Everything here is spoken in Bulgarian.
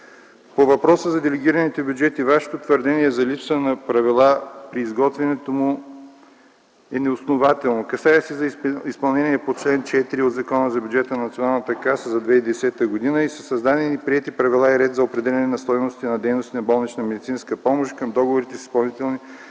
По въпроса за делегираните бюджети Вашето твърдение за липса на правила при изготвянето му е неоснователно. Касае се за изпълнение по чл. 4 от Закона за бюджета на Националната каса за 2010 г. и са създадени и приети правила и ред за определяне на стойностите за дейности на болнична медицинска помощ към договорите с изпълнители